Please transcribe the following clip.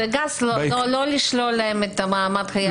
בגס, לא לשלול להם את המעמד של חייל בודד.